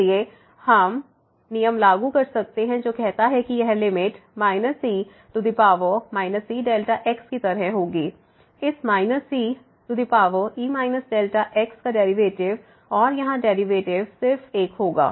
इसलिए हम refer time नियम लागू कर सकते हैं जो कहता है कि यह लिमिट e x की तरह होगी इस e x का डेरिवेटिव और यहां डेरिवेटिव सिर्फ 1 होगा